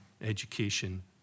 education